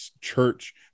church